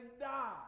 die